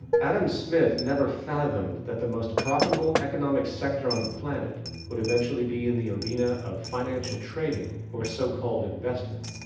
adam smith never fathomed that the most profitable economic sector on the planet would eventually be in the arena of financial trading or so-called investment,